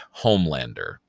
Homelander